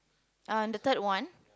uh the third one